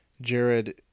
jared